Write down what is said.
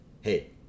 Hey